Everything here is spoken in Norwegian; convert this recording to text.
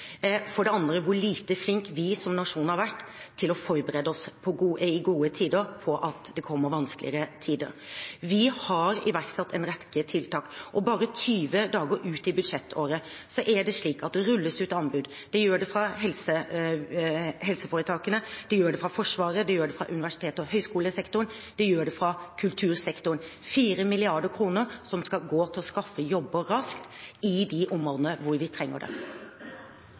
For det andre hvor lite flink vi som nasjon har vært til å forberede oss i gode tider på at det kommer vanskeligere tider. Vi har iverksatt en rekke tiltak, og bare 20 dager ut i budsjettåret er det slik at det rulles ut anbud: Det gjør det fra helseforetakene, det gjør det fra Forsvaret, det gjør det fra universitets- og høyskolesektoren, det gjør det fra kultursektoren – 4 mrd. kr som skal gå til å skaffe jobber raskt i de områdene hvor vi trenger det.